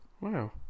Wow